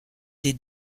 des